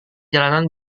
jalanan